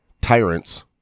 tyrants